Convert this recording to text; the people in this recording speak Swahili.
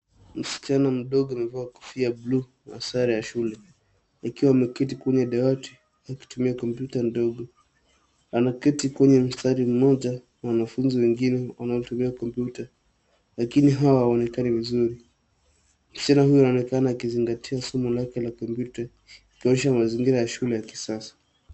Msichana mdogo amevaa kofia ya bluu na sare ya shule. Akiwa ameketi kwenye dawati akitumia kompyuta ndogo. Anaketi kwenye mstari mmoja na wanafunzi wengine wanaotumia kompyuta. Lakini hao hawaonekani vizuri. Msichana huyo anaonekana akizingatia somo lake la kompyuta. Ikionyesha mazingira ya shule ya kisasa.